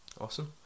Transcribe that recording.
Awesome